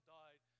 died